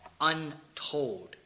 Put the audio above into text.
Untold